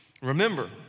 Remember